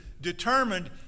determined